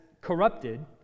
corrupted